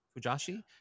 Fujashi